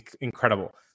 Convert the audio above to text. incredible